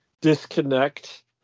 disconnect